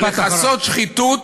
לכסות שחיתות